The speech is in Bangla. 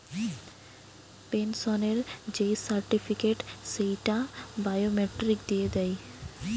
পেনসনের যেই সার্টিফিকেট, সেইটা বায়োমেট্রিক দিয়ে দেয়